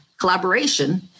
collaboration